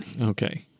Okay